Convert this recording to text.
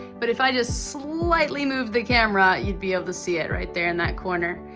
but if i just slightly move the camera, you'd be able to see it right there in that corner.